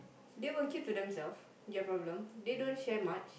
they will keep to themselves their problems they don't share much